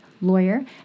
lawyer